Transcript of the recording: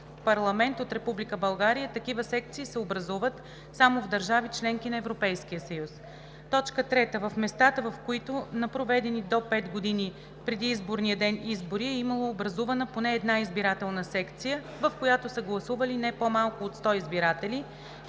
Република България такива секции се образуват само в държави – членки на Европейския съюз; 3. в местата, в които на проведени до 5 години преди изборния ден избори, е имало образувана поне една избирателна секция, в която са гласували не по-малко от 100 избиратели;